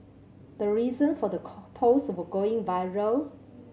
the reason for the post going viral